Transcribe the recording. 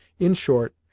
in short,